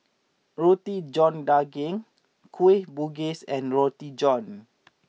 Roti John Daging Kueh Bugis and Roti John